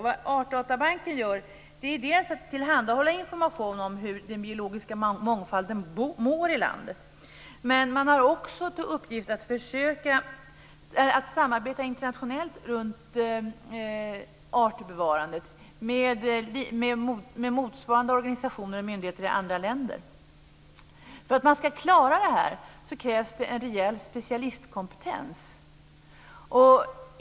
Vad Artdatabanken gör är att tillhandahålla information om hur den biologiska mångfalden mår i landet. Men man har också till uppgift att samarbeta internationellt runt artbevarandet med motsvarande organisationer och myndigheter i andra länder. För att man ska klara det här krävs en rejäl specialistkompetens.